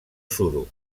suro